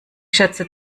schätze